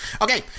Okay